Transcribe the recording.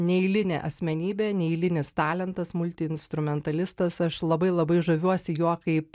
neeilinė asmenybė neeilinis talentas multiinstrumentalistas aš labai labai žaviuosi juo kaip